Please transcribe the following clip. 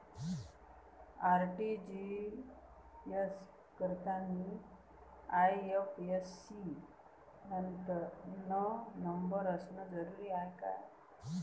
RTGS करतांनी IFSC न number असनं जरुरीच हाय का?